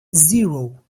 zero